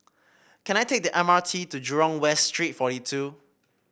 can I take the M R T to Jurong West Street forty two